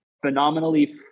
phenomenally